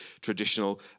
traditional